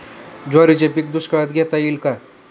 ज्वारीचे पीक दुष्काळात घेता येईल का?